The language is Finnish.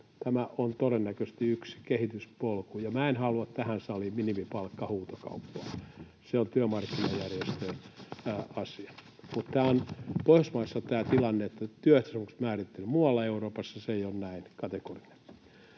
Tämä on todennäköisesti yksi kehityspolku, ja minä en halua tähän saliin minimipalkkahuutokauppaa. Se on työmarkkinajärjestöjen asia. Mutta Pohjoismaissa on tämä tilanne, että työehtosopimukset määrittelevät. Muualla Euroopassa se ei ole näin kategorinen.